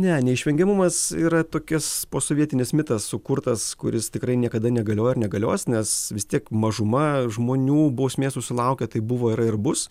ne neišvengiamumas yra tokias posovietinis mitas sukurtas kuris tikrai niekada negalioja ir negalios nes vis tiek mažuma žmonių bausmės susilaukia taip buvo yra ir bus